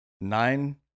nine